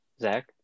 Zach